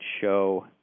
show